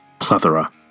plethora